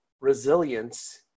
resilience